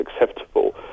acceptable